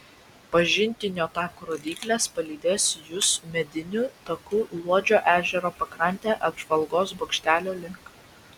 pažintinio tako rodyklės palydės jus mediniu taku luodžio ežero pakrante apžvalgos bokštelio link